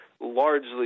largely